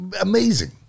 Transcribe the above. amazing